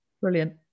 brilliant